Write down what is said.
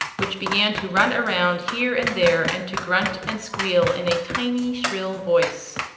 which began to run around here and there and to grunt and squeal in a tiny, shrill voice.